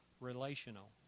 relational